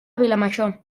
vilamajor